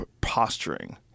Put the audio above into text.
posturing